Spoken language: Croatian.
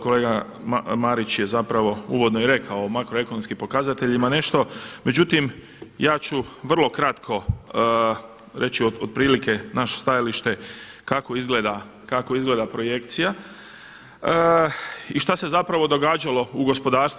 Kolega Marić je zapravo uvodno i rekao o makro ekonomskim pokazateljima nešto, međutim ja ću vrlo kratko reći otprilike naše stajalište kako izgleda projekcija i šta se zapravo događalo u gospodarstvu.